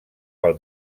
pel